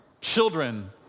children